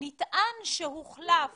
נטען שהוחלף